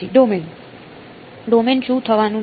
domain શું થવાનું છે